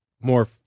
more